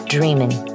Dreaming